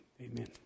Amen